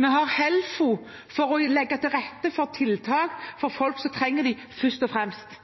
Vi har Helfo for å legge til rette for tiltak for folk som trenger dem, først og fremst.